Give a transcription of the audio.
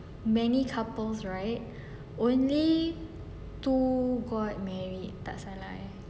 many couples right only two got married tak salah I